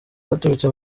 baturutse